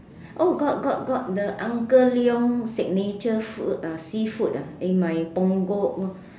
oh got got got the uncle Leong signature food ah seafood ah in my Punggol